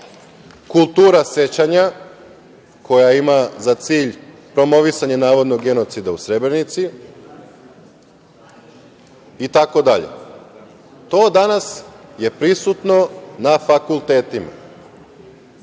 kultura sećanja koja ima za cilj promovisanje navodnog genocida u Srebrenici itd. To je danas prisutno na fakultetima. Juče